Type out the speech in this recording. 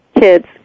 kids